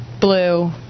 blue